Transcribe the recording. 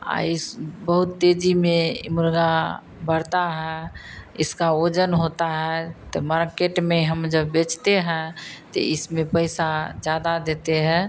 अ इस बहुत तेज़ी में इ मुर्ग़ा बढ़ता है इसका वजन होता है तो मार्केट में हम जब बेचते हैं तो इसमें पैसा ज़्यादा देते हैं